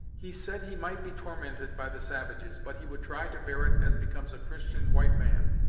he said he might be tormented by the savages, but he would try to bear it as becomes a christian white man,